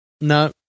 No